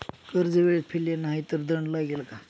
कर्ज वेळेत फेडले नाही तर दंड लागेल का?